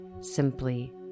simply